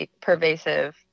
pervasive